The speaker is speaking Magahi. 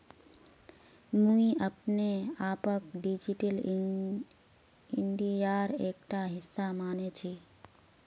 मुई अपने आपक डिजिटल इंडियार एकटा हिस्सा माने छि